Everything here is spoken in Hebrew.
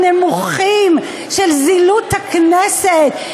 קואליציוניים נמוכים, של זילות הכנסת.